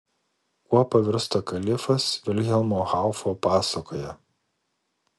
kuo pavirsta kalifas vilhelmo haufo pasakoje